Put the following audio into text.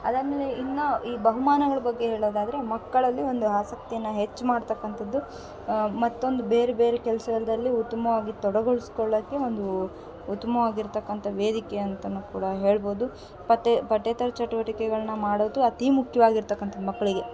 ಅದಾದ್ಮೇಲೆ ಇನ್ನ ಈ ಬಹುಮಾನಗಳ ಬಗ್ಗೆ ಹೇಳೋದಾದ್ರೆ ಮಕ್ಕಳಲ್ಲಿ ಒಂದು ಆಸಕ್ತಿಯನ್ನು ಹೆಚ್ಚು ಮಾಡ್ತಕ್ಕಂಥದ್ದು ಮತ್ತೊಂದು ಬೇರೆ ಬೇರೆ ಕೆಲಸದಲ್ಲಿ ಉತ್ತುಮವಾಗಿ ತೊಡಗೊಳ್ಸ್ಕೊಳ್ಳೋಕೆ ಒಂದು ಉತ್ತಮವಾಗಿರ್ತಕ್ಕಂಥ ವೇದಿಕೆ ಅಂತಲೂ ಕೂಡ ಹೇಳ್ಬೌದು ಪಟ್ಯೇ ಪಠ್ಯೇತರ ಚಟುವಟಿಕೆಗಳನ್ನ ಮಾಡೋದು ಅತೀ ಮುಖ್ಯವಾಗಿರ್ತಕ್ಕಂಥದ್ದು ಮಕ್ಕಳಿಗೆ